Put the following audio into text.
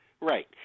Right